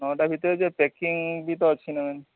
ନଅଟା ଭିତରେ ଯେ ପ୍ୟାକିଙ୍ଗ୍ ବି ତ ଅଛି ନା ମ୍ୟାମ୍